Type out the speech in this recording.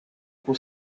com